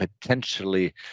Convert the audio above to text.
potentially